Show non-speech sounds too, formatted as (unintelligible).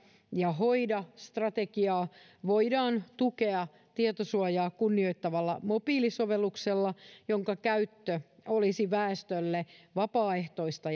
ja hoida strategiaa voidaan tukea tietosuojaa kunnioittavalla mobiilisovelluksella jonka käyttö olisi väestölle vapaaehtoista (unintelligible)